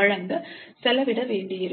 வழங்க செலவிட வேண்டியிருக்கும்